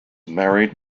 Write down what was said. married